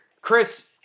Chris